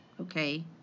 Okay